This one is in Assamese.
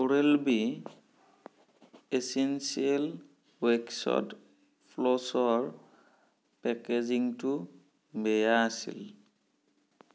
ওৰেল বি এচেঞ্চিয়েল ৱেক্সড্ ফ্লছৰ পেকেজিঙটো বেয়া আছিল